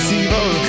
evil